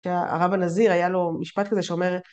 הרב הנזיר היה לו משפט כזה שאומר